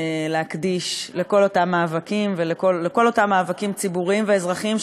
לכל אותם מאבקים ציבוריים ואזרחיים,